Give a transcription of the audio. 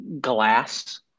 glass